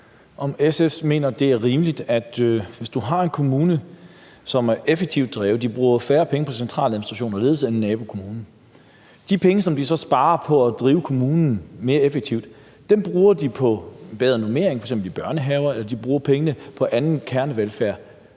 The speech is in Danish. om SF mener, at det her er rimeligt. Du har en kommune, som er effektivt drevet, hvor de bruger færre penge på centraladministration og ledelse end nabokommunen. De penge, som de så sparer på at drive kommunen mere effektivt, bruger de på f.eks. en bedre normering i børnehaver eller på anden kernevelfærd